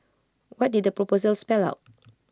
what did the proposal spell out